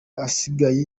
asigaye